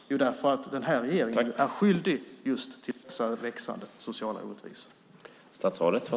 Jo, därför att denna regering är skyldig just till dessa växande sociala orättvisor.